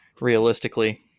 realistically